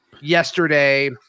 yesterday